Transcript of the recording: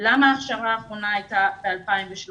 למה ההכשרה האחרונה הייתה ב-2013.